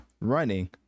running